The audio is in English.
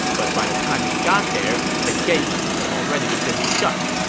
but by the time he got there, the gates had already been shut.